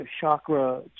chakra